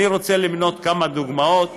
אני רוצה למנות כמה דוגמאות,